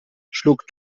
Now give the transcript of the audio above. schlug